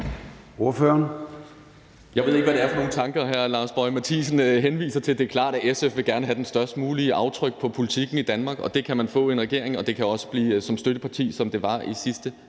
Jeg ved ikke, hvad det er for nogle tanker, hr. Lars Boje Mathiesen henviser til. Det er klart, at SF gerne vil have det størst mulige aftryk på politikken i Danmark. Det kan man få i en regering, men det kan også blive som støtteparti, som vi var i sidste